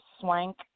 Swank